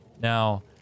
Now